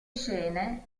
scene